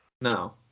no